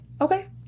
Okay